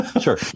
Sure